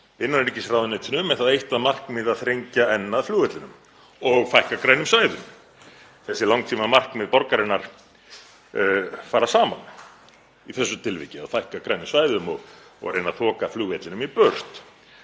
innanríkisráðuneytinu með það eitt að markmiði að þrengja enn að flugvellinum og fækka grænum svæðum. Þessi langtímamarkmið borgarinnar fara saman í þessu tilviki, að fækka grænum svæðum og reyna að þoka flugvellinum í burt.